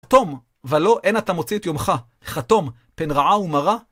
חתום, ולא אין אתה מוציא את יומך. חתום, פן רעה ומרה..